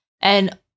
And-